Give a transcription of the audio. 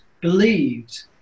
believed